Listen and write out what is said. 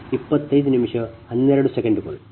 002 p